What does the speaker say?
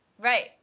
right